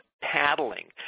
paddling